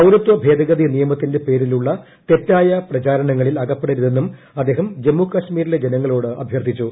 പൌരത്വഭേദഗതി നിയമത്തിന്റെ പേരിലുള്ള തെറ്റായ പ്രചാരണങ്ങളിൽ അകപ്പെടരുതെന്നും അദ്ദേഹം ജമ്മുകാശ്മീരിലെ ജനങ്ങളോട് അഭൃർത്ഥിച്ചു